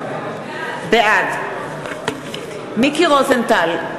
בעד מיקי רוזנטל,